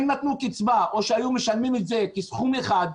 אם נתנו קצבה או שהיו משלמים את זה כסכום אחד,